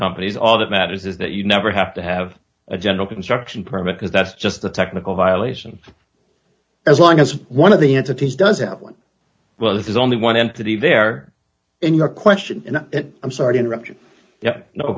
companies all that matters is that you never have to have a general construction permit because that's just a technical violation as long as one of the entities doesn't have one well there's only one entity there in your question and i'm sorry to interrupt you yeah no